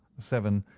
seven.